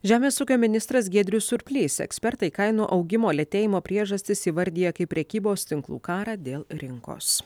žemės ūkio ministras giedrius surplys ekspertai kainų augimo lėtėjimo priežastis įvardija kaip prekybos tinklų karą dėl rinkos